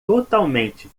totalmente